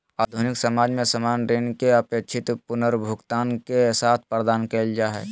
आधुनिक समाज में सामान्य ऋण के अपेक्षित पुनर्भुगतान के साथ प्रदान कइल जा हइ